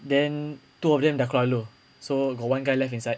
then two of them dah terkeluar so got one guy left inside